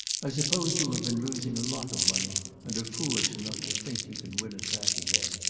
i suppose you have been losing a lot of money and are foolish enough to think you can win it back again.